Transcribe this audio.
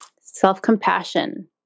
self-compassion